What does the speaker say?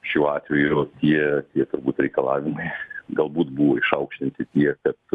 šiuo atveju tie tie turbūt reikalavimai galbūt buvo išaukštinti tiek kad